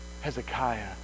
Hezekiah